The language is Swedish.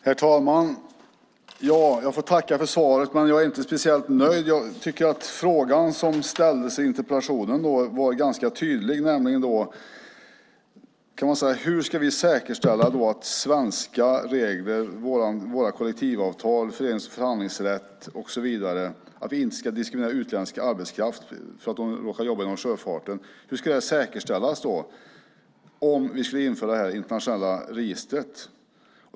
Herr talman! Jag får tacka statsrådet för svaret, men jag är inte speciellt nöjd. Jag tycker att den fråga som ställdes i interpellationen var ganska tydlig. Hur ska vi säkerställa att svenska regler, kollektivavtal, förenings och förhandlingsrätt och så vidare ska tryggas och att vi inte diskriminerar utländsk arbetskraft om vi skulle införa detta internationella register?